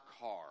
car